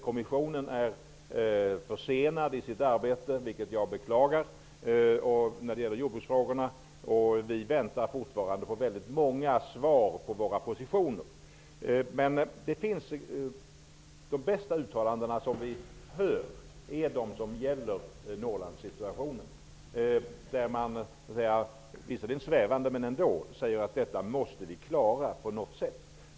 Kommissionen är försenad i sitt arbete när det gäller jordbruksfrågorna, vilket jag beklagar, och vi väntar fortfarande på många svar när det gäller våra positioner. Men de bästa uttalanden som vi hör är de som gäller Norrlandssituationen. Man säger: Detta måste vi klara på något sätt. Det är visserligen litet svävande men ändå positivt.